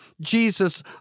Jesus